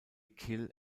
kill